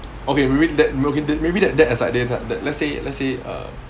okay we re~ that maybe that that excites they lah let's say let's say uh